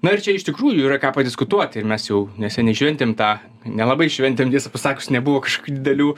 na ir čia iš tikrųjų yra ką padiskutuoti ir mes jau neseniai šventėm tą nelabai šventėm tiesą pasakius nebuvo kažkokių didelių